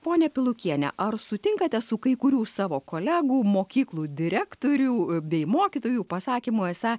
ponia pilukiene ar sutinkate su kai kurių savo kolegų mokyklų direktorių bei mokytojų pasakymų esą